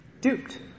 Duped